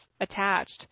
attached